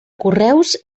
correus